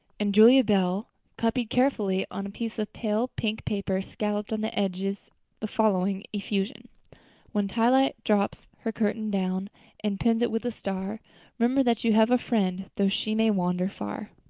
and julia bell copied carefully on a piece of pale pink paper scalloped on the edges the following effusion when twilight drops her curtain down and pins it with a star remember that you have a friend though she may wander far.